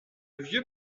vieux